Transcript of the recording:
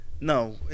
No